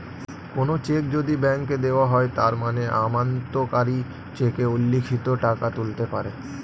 কোনো চেক যদি ব্যাংকে দেওয়া হয় তার মানে আমানতকারী চেকে উল্লিখিত টাকা তুলতে পারে